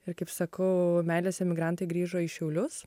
ir kaip sakau meilės emigrantai grįžo į šiaulius